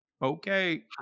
Okay